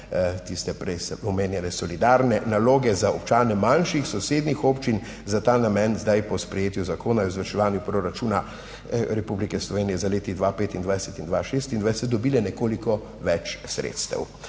tiste prej omenjene solidarne naloge za občane manjših sosednjih občin. Za ta namen zdaj po sprejetju Zakona o izvrševanju proračuna Republike Slovenije za leti 2025 in 2026 dobile nekoliko več sredstev,